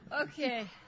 Okay